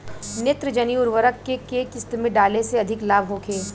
नेत्रजनीय उर्वरक के केय किस्त में डाले से अधिक लाभ होखे?